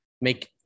make